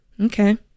Okay